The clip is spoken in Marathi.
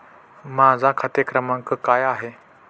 माझा खाते क्रमांक काय आहे?